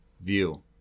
view